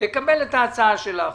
ההצעה שלך,